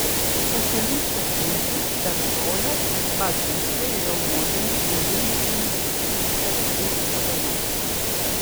po kelių sekundžių per žolę taip pat dusliai riaumodami nudūmė vienas paskui kitą trys raganosiai